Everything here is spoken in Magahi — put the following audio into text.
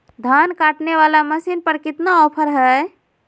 धान काटने वाला मसीन पर कितना ऑफर हाय?